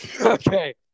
Okay